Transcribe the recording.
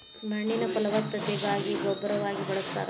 ಮಣ್ಣಿನ ಫಲವತ್ತತೆಗಾಗಿ ಗೊಬ್ಬರವಾಗಿ ಬಳಸ್ತಾರ